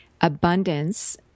abundance